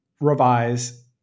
revise